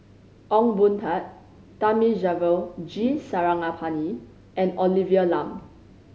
Ong Boon Tat Thamizhavel G Sarangapani and Olivia Lum